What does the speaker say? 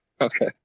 Okay